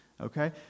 Okay